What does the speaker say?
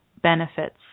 benefits